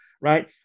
Right